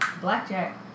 blackjack